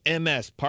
MS